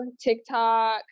TikTok